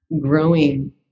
growing